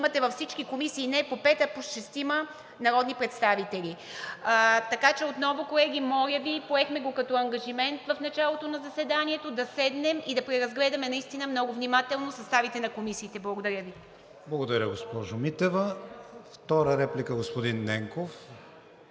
Благодаря, госпожо Митева.